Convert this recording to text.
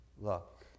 Look